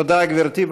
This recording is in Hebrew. תודה, גברתי.